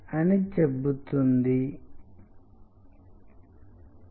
మీరు ఏదో ఒక రకమైన ఆశ్చర్యకరమైన అంశంగా చూపటానికి మొదటి మార్గం ఇది